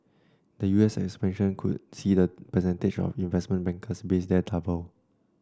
the U S expansion could see the percentage of investment bankers based there double